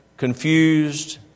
confused